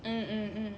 mm mm mm